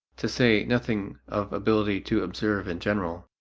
to say nothing of ability to observe in general.